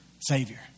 Savior